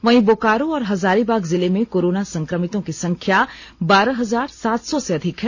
वहीं बोकारो और हजारीबाग जिले में कोरोना संक्रमितों की संख्या बारह हजार सात सौ से अधिक है